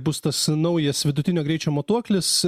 bus tas naujas vidutinio greičio matuoklis